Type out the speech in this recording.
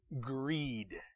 greed